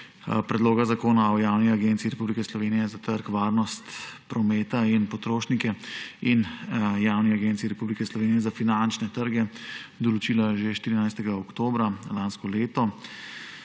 predloga Zakona o Javni agenciji Republike Slovenije za trg, varnost prometa in potrošnike in Javni agenciji Republike Slovenije za finančne trge določila že 14. oktobra lansko leto.